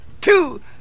two